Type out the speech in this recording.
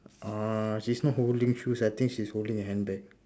uh she's not holding shoes I think she's holding a handbag